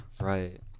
Right